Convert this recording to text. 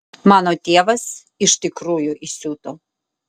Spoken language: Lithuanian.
mano tėvas iš tikrųjų įsiuto